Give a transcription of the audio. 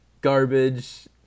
garbage